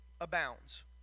abounds